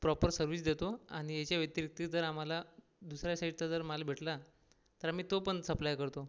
proper service देतो आणि ह्याच्या व्यतिरिक्त जर आम्हाला दुसरा साईटचा जर माल भेटला तर आम्ही तो पण सप्लाय करतो